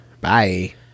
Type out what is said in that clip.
Bye